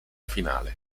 finale